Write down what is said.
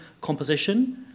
composition